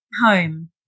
home